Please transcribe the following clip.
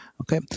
Okay